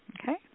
Okay